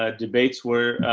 ah debates were,